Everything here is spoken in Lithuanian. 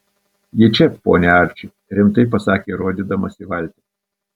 ji čia pone arči rimtai pasakė rodydamas į valtį